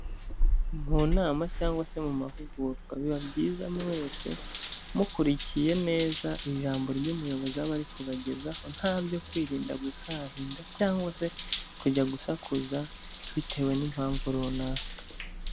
Mu nama cyangwa se mu mahugurwa, biba byiza mwese mukurikiye neza ijambo ry'umuyobozi aba ari kubagezaho ntabyo kwirinda gusahinda cyangwa se kujya gusakuza bitewe n'impamvu runaka.